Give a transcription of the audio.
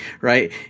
right